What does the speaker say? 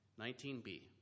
19b